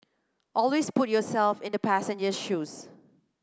always put yourself in the passenger shoes